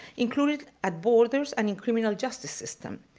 including at borders and in criminal justice systems.